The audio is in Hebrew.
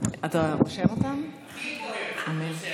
אתה רושם אותן, אמיר?